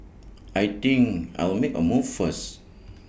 I think I'll make A move first